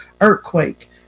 earthquake